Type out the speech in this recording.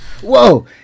Whoa